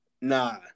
Nah